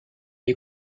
est